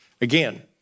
Again